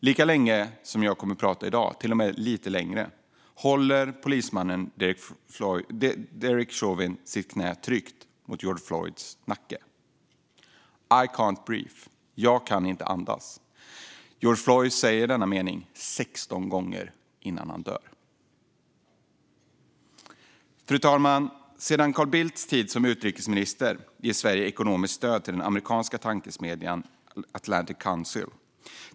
Lika länge som jag kommer att prata i dag, till och med lite längre, håller polismannen Derek Chauvin sitt knä hårt tryckt mot George Floyds nacke. "I can't breathe." - jag kan inte andas. George Floyd säger den meningen 16 gånger innan han dör. Sedan Carl Bildts tid som utrikesminister ger Sverige ekonomiskt stöd till den amerikanska tankesmedjan Atlantic Council.